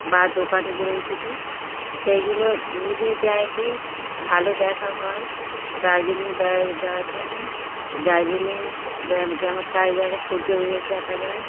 বা দোকান গড়ে উঠেছে সেইগুলো মিডিয়াতে ভালো দেখা হয় দার্জিলিং বেড়াতে যাওয়ার জন্য দার্জিলিং ব্যা যেমন টাইগারে সূর্য দেখা যায়